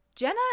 Jenna